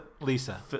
lisa